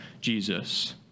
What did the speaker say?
Jesus